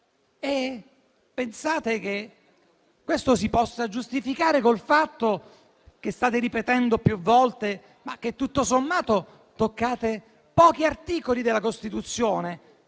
Pensate che questo si possa giustificare col fatto, che state ripetendo più volte, che, tutto sommato, toccate pochi articoli della Costituzione?